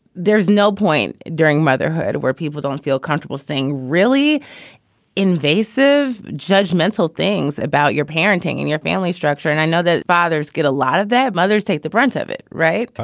there's no point during motherhood where people don't feel comfortable saying really invasive, judgmental things about your parenting and your family structure. and i know bother's get a lot of that, mothers take the brunt of it, right?